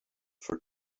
for